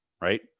right